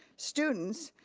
students,